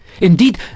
Indeed